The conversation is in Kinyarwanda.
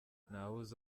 ntawuzi